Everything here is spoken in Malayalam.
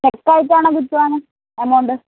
ചെക്ക് ആയിട്ടാണോ കിട്ടുകയെന്ന് എമൗണ്ട്